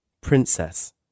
Princess